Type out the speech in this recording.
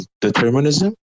determinism